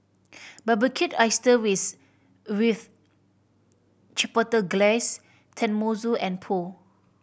Barbecued Oyster with Chipotle Glaze Tenmusu and Pho